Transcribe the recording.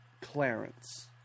Clarence